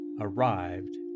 arrived